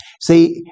See